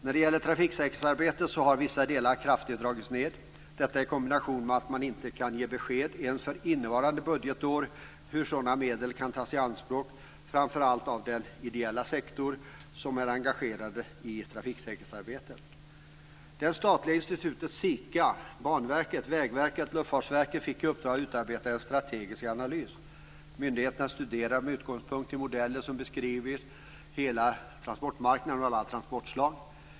När det gäller trafiksäkerhetsarbetet har vissa delar kraftigt dragits ned, detta i kombination med att man inte kan ge besked ens för innevarande budgetår om hur sådana medel kan tas i anspråk av framför allt den ideella sektor som är engagerad i trafiksäkerhetsarbetet. Det statliga institutet SIKA, Banverket, Vägverket och Luftfartsverket fick i uppdrag att utarbeta en strategisk analys. Myndigheterna studerade olika alternativ med utgångspunkt i modeller som beskrev hela transportmarknaden och alla transportslag.